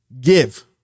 give